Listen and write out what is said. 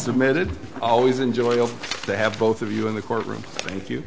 submitted always enjoyable to have both of you in the courtroom thank you